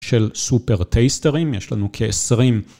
של סופר טייסטרים, יש לנו כ-20.